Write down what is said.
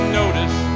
notice